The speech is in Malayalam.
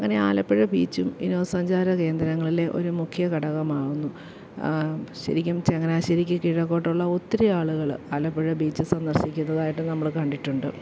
അങ്ങനെ ആലപ്പുഴ ബീച്ചും വിനോദ സഞ്ചാര കേന്ദ്രങ്ങളിലെ ഒരു മുഖ്യ ഘടകമാവുന്നു ശരിക്കും ചങ്ങനാശ്ശേരിക്ക് കിഴക്കോട്ടുള്ള ഒത്തിരി ആളുകൾ ആലപ്പുഴ ബീച്ച് സന്ദർശ്ശിക്കുന്നതായിട്ട് നമ്മൾ കണ്ടിട്ടുണ്ട്